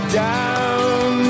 down